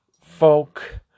folk